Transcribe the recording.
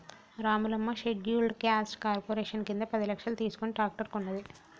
Ramulamma scheduled caste corporation కింద పది లక్షలు తీసుకుని ట్రాక్టర్ కొన్నది